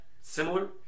similar